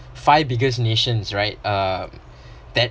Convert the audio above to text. five bigger nations right uh that